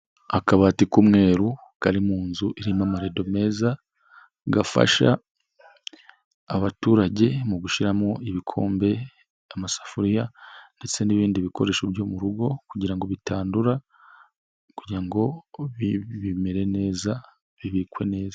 Akabati k'umweru kari mu nzu irimo amarido meza gafasha abaturage mu gushyiramo ibikombe, amasafuriya ndetse n'ibindi bikoresho byo mu rugo kugira ngo bitandura kugira ngo bimere neza bibikwe neza.